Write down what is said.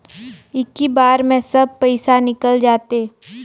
इक्की बार मे सब पइसा निकल जाते?